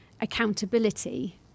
accountability